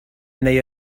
neu